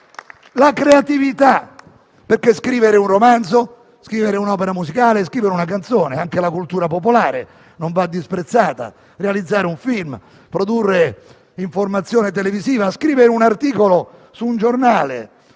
la creatività. Scrivere un romanzo, un'opera musicale o una canzone - anche la cultura popolare non va disprezzata - realizzare un film, produrre informazione televisiva, scrivere un articolo su un giornale